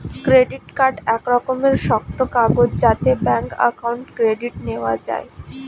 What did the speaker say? credit card এক রকমের শক্ত কাগজ যাতে ব্যাঙ্ক অ্যাকাউন্ট ক্রেডিট নেওয়া যায়